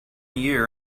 year